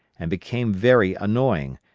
and became very annoying,